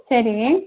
சரி